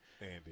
Andy